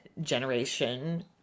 Generation